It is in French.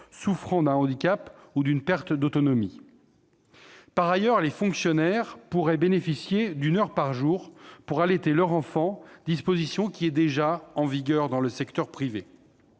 souffrant d'un handicap ou d'une perte d'autonomie. Par ailleurs, les femmes fonctionnaires pourront bénéficier d'une heure par jour pour allaiter leur enfant, disposition déjà en vigueur dans le secteur privé.